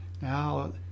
Now